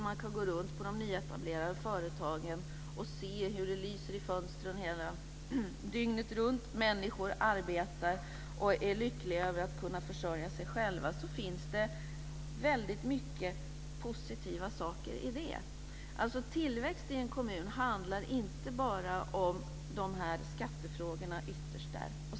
Man kan gå runt på de nyetablerade företagen, och man kan se hur det lyser i fönstren dygnet runt. När människor arbetar och är lyckliga över att kunna försörja sig själva finns det mycket positiva saker i det. Tillväxt i en kommun handlar inte bara ytterst om de här skattefrågorna.